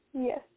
Yes